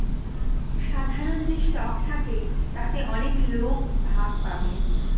সাধারন যে স্টক থাকে তাতে অনেক লোক ভাগ পাবে